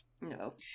No